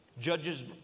Judges